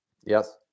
Yes